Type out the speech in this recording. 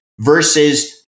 versus